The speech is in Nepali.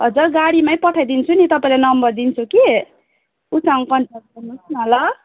हजुर गाडीमै पठाइदिन्छु नि तपाईँलाई नम्बर दिन्छु कि ऊसँग कन्फर्म गर्नुहोस् ल